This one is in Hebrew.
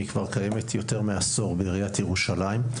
והיא כבר קיימת יותר מעשור בעיריית ירושלים.